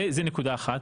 זאת נקודה אחת.